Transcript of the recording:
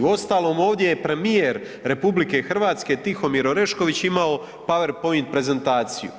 Uostalom ovdje je premijer RH Tihomir Orešković imao PowerPoint prezentaciju,